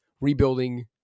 rebuilding